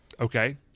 Okay